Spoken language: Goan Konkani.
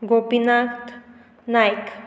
गोपीनाथ नायक